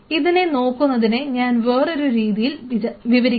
ഇതിനെ നോക്കുന്നതിനെ ഞാൻ വേറൊരു രീതിയിൽ വിവരിക്കാം